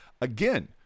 again